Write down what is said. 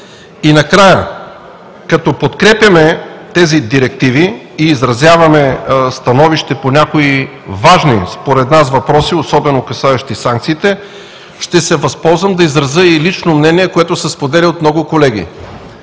И накрая, като подкрепяме тези директиви и изразяваме становище по някои въпроси, особено касаещи санкциите, ще се възползвам да изразя и лично мнение, което се споделя от много колеги.